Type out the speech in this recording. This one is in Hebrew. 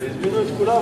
הזמינו את כולם,